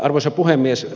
arvoisa puhemies